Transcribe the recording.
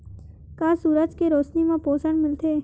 का सूरज के रोशनी म पोषण मिलथे?